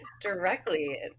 directly